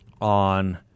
on